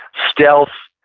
stealth,